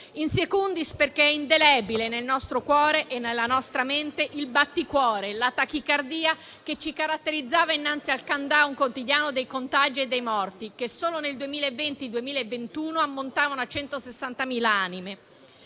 *in secundis*, perché sono indelebili nel nostro cuore e nella nostra mente il batticuore e la tachicardia che ci caratterizzava innanzi al *countdown* quotidiano dei contagi e dei morti, che solo nel 2020-2021 ammontavano a 160.000 anime.